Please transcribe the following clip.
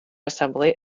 assembly